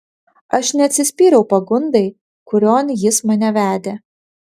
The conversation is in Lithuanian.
aš neatsispyriau pagundai kurion jis mane vedė